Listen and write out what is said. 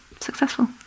successful